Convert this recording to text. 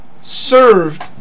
served